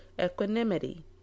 equanimity